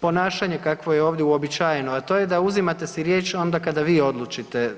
ponašanje kakvo je ovdje uobičajeno, a to je da uzimate si riječ onda kada vi odlučite.